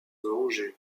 venger